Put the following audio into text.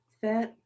fit